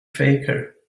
faker